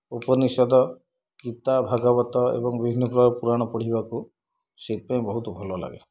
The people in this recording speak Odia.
ଉପନିଷଦ ଗୀତା ଭାଗବତ ଏବଂ ବିଭିନ୍ନପ୍ରକାର ପୁରାଣ ପଢ଼ିବାକୁ ସେଥିପାଇଁ ବହୁତ ଭଲ ଲାଗେ